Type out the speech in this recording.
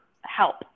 help